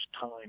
time